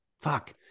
fuck